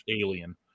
alien